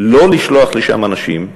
לא לשלוח לשם אנשים,